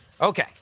Okay